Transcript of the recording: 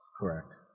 correct